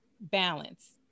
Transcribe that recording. balance